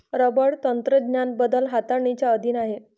rubber तंत्रज्ञान बदल हाताळणीच्या अधीन आहे